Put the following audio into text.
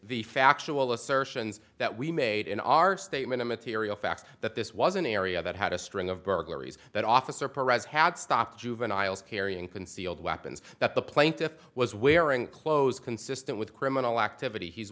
the factual assertions that we made in our statement of material facts that this was an area that had a string of burglaries that officer perez had stopped juveniles carrying concealed weapons that the plaintiff was wearing clothes consistent with criminal activity he's